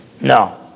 No